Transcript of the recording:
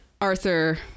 Arthur